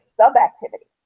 sub-activity